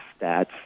stats